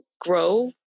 grow